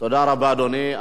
תודה רבה, אדוני.